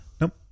Nope